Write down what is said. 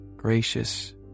gracious